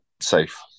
safe